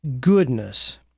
goodness